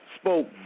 spoke